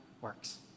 works